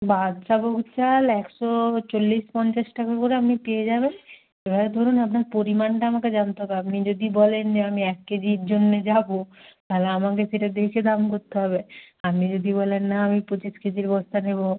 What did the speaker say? বাদশাভোগ চাল একশো চল্লিশ পঞ্চাশ টাকা করে আপনি পেয়ে যাবেন এবার ধরুন আপনার পরিমাণটা আমাকে জানতে হবে আপনি যদি বলেন যে আমি এক কেজির জন্যে যাবো তাহলে আমাকে সেটা দেখে দাম করতে হবে আপনি যদি বলেন না আমি পঁচিশ কেজির বস্তা নেবো